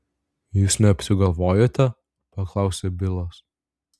jūs neapsigalvojote paklausė bilas